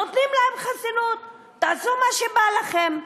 נותנים להם חסינות תעשו מה שבא לכם.